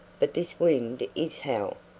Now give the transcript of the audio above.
but this wind is hell.